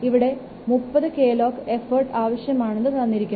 ഇവിടെ 30 KLOC effort ആവശ്യമാണെന്ന് തന്നിരിക്കുന്നു